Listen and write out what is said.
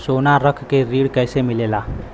सोना रख के ऋण कैसे मिलेला?